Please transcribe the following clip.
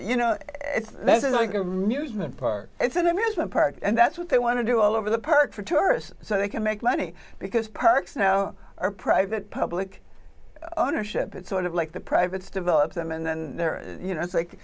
park it's an amusement park and that's what they want to do all over the park for tourists so they can make money because parks no are private public ownership it's sort of like the privates develop them and then you know it's like